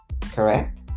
correct